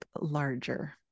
larger